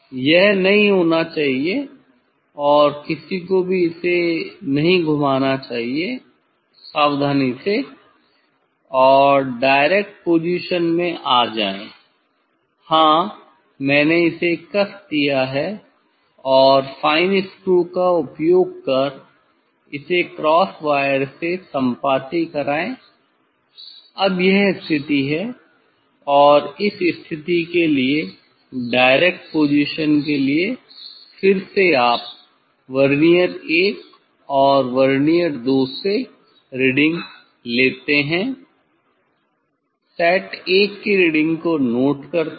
यह नहीं होना चाहिए और किसी को भी इसे नहीं घुमाना चाहिए सावधानी से और डायरेक्ट पोजीशन में आ जाएँ हां मैंने इसे कस दिया है और फाइन स्क्रू का उपयोग कर इसे क्रॉस वायर से सम्पाती कराएं अब यह स्थिति है और इस स्थिति के लिए डायरेक्ट पोजीशन के लिए फिर से आप वर्नियर 1 और वर्नियर 2 से रीडिंग लेते हैं सेट 1 की रीडिंग को नोट करते हैं